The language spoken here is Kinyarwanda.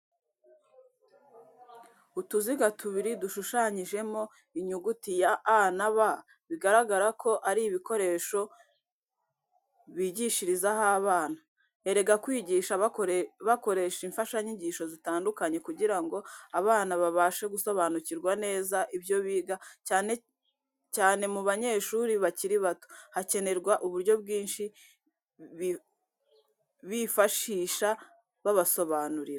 Utuziga tubiri dushushanyijemo inyuguti ya A Na B, bigaragara ko aribikoresho bigishirizaho abana. Erega kwigisha bakoresha imfashanyigisho zitandukanye, kugira ngo abana babashe gusobanukirwa neza ibyo biga cyane mu banyeshuri bakiri bato, hakenerwa uburyo bwishi. bifashisha babasobanurira.